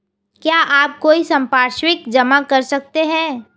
क्या आप कोई संपार्श्विक जमा कर सकते हैं?